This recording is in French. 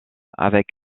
avec